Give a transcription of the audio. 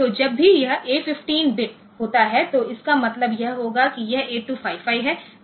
तो जब भी यह A 15 बिट होता है तो इसका मतलब यह होगा कि यह 8255 है